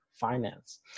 finance